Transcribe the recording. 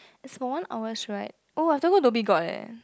it's for one hour right oh i have to go dhoby-ghaut eh